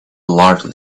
largely